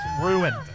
ruined